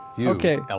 Okay